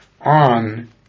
on